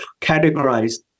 categorized